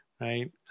right